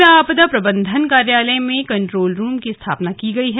जिला आपदा एवं प्रबन्धन कार्यालय में कन्ट्रोल रूम की स्थापना की गयी है